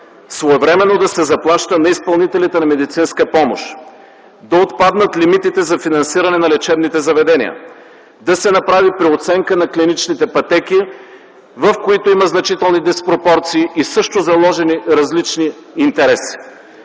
своевременно да се заплаща на изпълнителите на медицинска помощ; да отпаднат лимитите за финансиране на лечебните заведения; да се направи преоценка на клиничните пътеки, в които има значителни диспропорции и също заложени различни интереси.